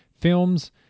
film's